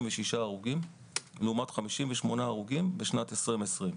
הרוגים בשנת 2021 לעומת 58 הרוגים בשנת 2020,